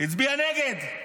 --- הצביע נגד.